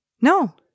no